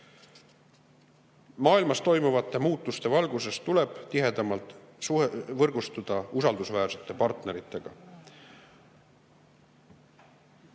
Maailmas toimuvate muutuste valguses tuleb tihedamalt võrgustuda usaldusväärsete partneritega.